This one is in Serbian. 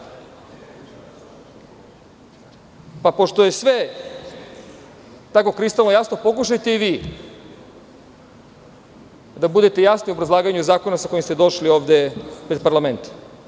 Pa, pošto je sve tako kristalno jasno, pokušajte i vi da budete jasni u obrazlaganju zakona sa kojim ste došli ovde pred parlament.